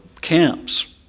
camps